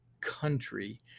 country